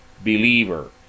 believer